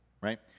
right